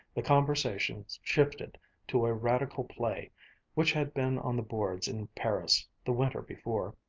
the conversation shifted to a radical play which had been on the boards in paris, the winter before.